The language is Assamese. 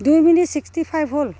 দুই মিনিট ছিক্সটি ফাইভ হ'ল